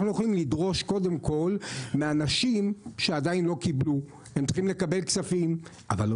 אנחנו לא יכולים קודם כל לדרוש מאנשים כספים שעדיין לא קיבלו; אין להם